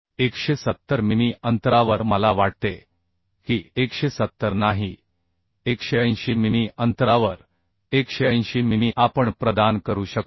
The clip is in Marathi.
170 मिमी अंतरावर मला वाटते की 170 नाही 180 मिमी अंतरावर 180 मिमी आपण प्रदान करू शकतो